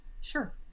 Sure